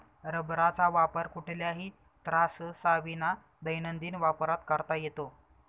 रबराचा वापर कुठल्याही त्राससाविना दैनंदिन वापरात करता येतो